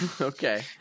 Okay